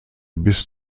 bis